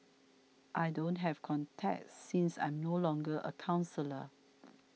I don't have contacts since I am no longer a counsellor